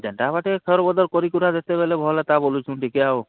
ଯେନ୍ଟା ହେବା ଗୁଟେ ଖିଅର୍ପତର୍ କରିକୁରା ଦେତେ ବେଲେ ଭଲ୍ ହେତା ବଲୁଛୁଁ ଟିକେ ଆଉ